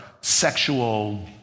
sexual